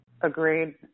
Agreed